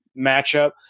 matchup